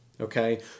Okay